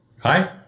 Hi